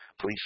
please